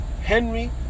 Henry